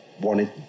wanted